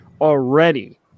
already –